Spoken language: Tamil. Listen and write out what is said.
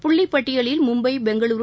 புள்ளிப் பட்டியலில் மும்பை பெங்களூரு